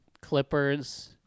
Clippers